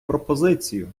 пропозицію